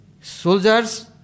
soldiers